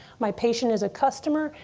my patient is a customer.